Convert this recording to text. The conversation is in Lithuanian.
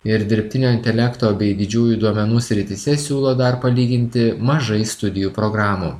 ir dirbtinio intelekto bei didžiųjų duomenų srityse siūlo dar palyginti mažai studijų programų